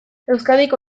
euskadiko